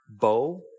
bow